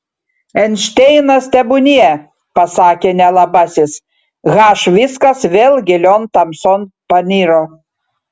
einšteinas tebūnie pasakė nelabasis h viskas vėl gilion tamson paniro